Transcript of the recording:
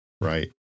Right